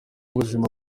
buzima